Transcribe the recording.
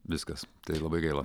viskas tai labai gaila